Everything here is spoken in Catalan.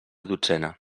dotzena